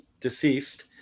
deceased